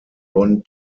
bonn